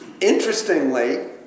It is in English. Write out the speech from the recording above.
Interestingly